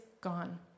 gone